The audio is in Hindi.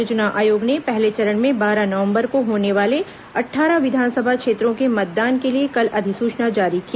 राज्य चुनाव आयोग ने पहले चरण में बारह नवंबर को होने वाले अट्ठारह विधानसभा क्षेत्रों के मतदान के लिए कल अधिसूचना जारी की